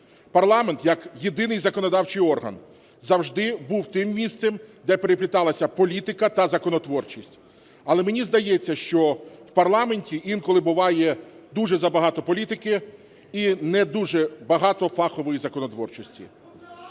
Парламент як єдиний законодавчий орган завжди був тим місцем, де перепліталася політика та законотворчість. Але, мені здається, що в парламенті інколи буває дуже забагато політики і не дуже багато фахової законотворчості.